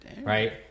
right